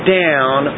down